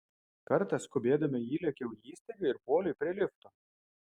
kartą skubėdama įlėkiau į įstaigą ir puoliau prie lifto